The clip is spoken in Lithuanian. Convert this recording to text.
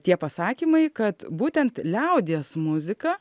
tie pasakymai kad būtent liaudies muzika